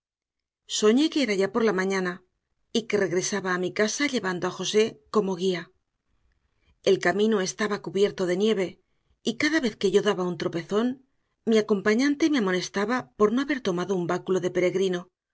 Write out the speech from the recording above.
soñé que era ya por la mañana y que regresaba a mi casa llevando a josé como guía el camino estaba cubierto de nieve y cada vez que yo daba un tropezón mí acompañante me amonestaba por no haber tomado un báculo de peregrino